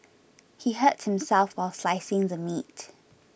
he hurt himself while slicing the meat